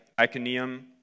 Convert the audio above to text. Iconium